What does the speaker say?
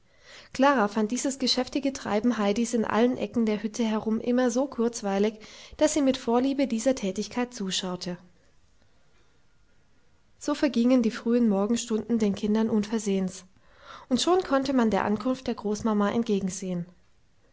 klara fand dieses geschäftige treiben heidis in allen ecken der hütte herum immer so kurzweilig daß sie mit vorliebe dieser tätigkeit zuschaute so vergingen die frühen morgenstunden den kindern unversehens und schon konnte man der ankunft der großmama entgegensehen